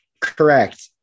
Correct